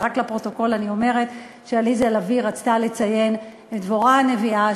רק לפרוטוקול אני אומרת שעליזה לביא רצתה לציין את דבורה הנביאה,